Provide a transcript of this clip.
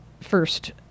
first